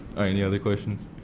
or any other questions?